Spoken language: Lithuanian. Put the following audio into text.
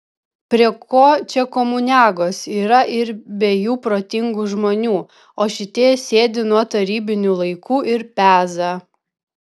prie ko čia komuniagos yra ir be jų protingų žmonių o šitie sėdi nuo tarybinių laikų ir peza